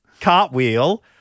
cartwheel